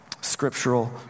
Scriptural